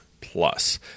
Plus